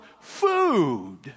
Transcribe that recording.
food